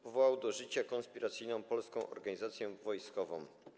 Powołał do życia konspiracyjną Polską Organizację Wojskową.